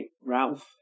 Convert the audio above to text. Ralph